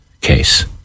case